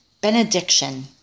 benediction